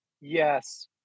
yes